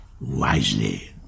wisely